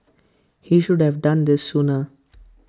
he should have done this sooner